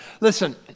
listen